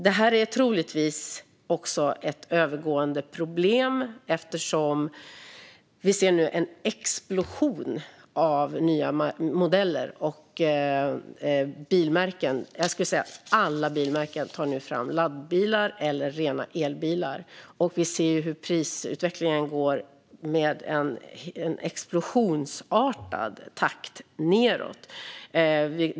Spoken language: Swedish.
Det här är troligtvis ett övergående problem eftersom vi ser en explosion av nya modeller och bilmärken. Jag skulle säga att alla bilmärken nu tar fram laddbilar eller rena elbilar, och vi ser att prisutvecklingen går nedåt i en explosionsartad takt.